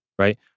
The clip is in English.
Right